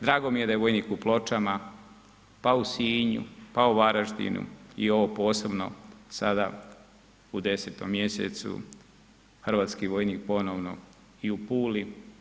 Drago mi je da je vojnik u Pločama, pa u Sinju, pa u Varaždinu i ovo posebno sada u 10. mjesecu, hrvatski vojnik ponovno i u Puli.